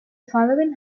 following